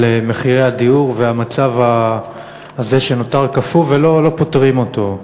על מחירי הדיור ועל המצב הזה שנותר קפוא ולא פותרים אותו.